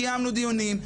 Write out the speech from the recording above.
קיימנו דיונים,